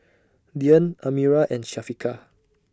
Dian Amirah and Syafiqah